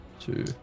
Two